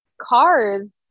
cars